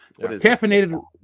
caffeinated